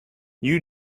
you